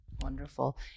Wonderful